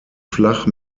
flach